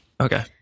okay